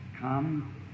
come